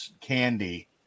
candy